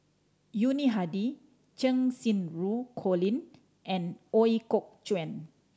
Yuni Hadi Cheng Xinru Colin and Ooi Kok Chuen